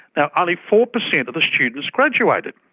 you know ah only four percent of the students graduated.